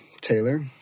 Taylor